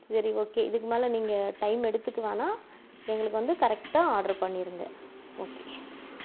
சரி ஓகே இதுக்கு மேலே நீங்கள் டைம் எடுத்துக்க வேணாம் எங்களுக்கு வந்து கரெக்டாக ஆட்ரு பண்ணியிருங்க ஓகே